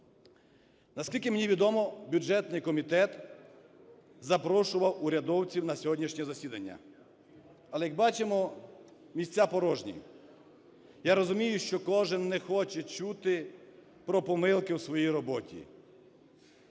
Наскільки мені відомо, бюджетний комітет запрошував урядовців на сьогоднішнє засідання, але, як бачимо, місця порожні. Я розумію, що кожен не хоче чути про помилки в своїй роботі.